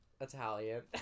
Italian